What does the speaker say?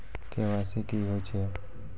KYC की होय छै?